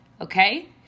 Okay